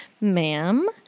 ma'am